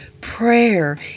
prayer